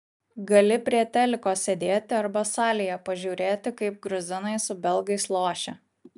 gali prie teliko sėdėti arba salėje pažiūrėti kaip gruzinai su belgais lošia